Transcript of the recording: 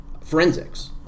forensics